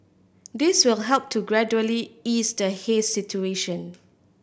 this will help to gradually ease the haze situation